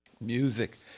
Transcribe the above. music